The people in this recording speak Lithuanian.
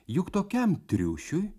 juk tokiam triušiui